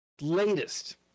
latest